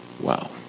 Wow